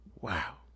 wow